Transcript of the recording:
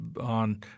on –